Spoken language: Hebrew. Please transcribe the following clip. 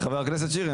חבר הכנסת שירי,